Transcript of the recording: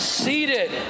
seated